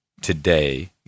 today